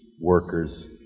workers